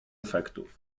efektów